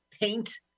paint